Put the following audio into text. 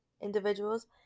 individuals